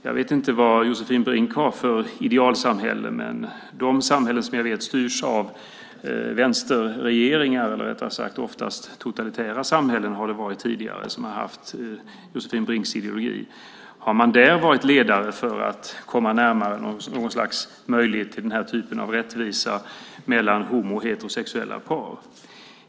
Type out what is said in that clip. Jag vet inte vad Josefin Brink har för idealsamhälle, men när det gäller de oftast totalitära samhällen som har haft Josefin Brinks ideologi, har man där varit ledande för att komma närmare något slags möjlighet till den här typen av rättvisa mellan homo och heterosexuella par?